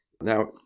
Now